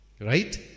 Right